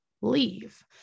leave